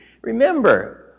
Remember